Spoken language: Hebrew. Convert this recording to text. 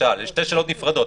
אלה שתי שאלות נפרדות.